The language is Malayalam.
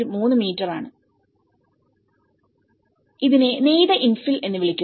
3 മീറ്ററാണ് ഇതിനെ നെയ്ത ഇൻഫിൽ എന്ന് വിളിക്കുന്നു